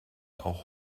auch